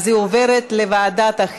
בעד, 33